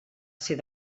ser